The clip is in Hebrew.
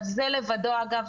אבל זה לבדו אגב,